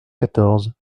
quatorze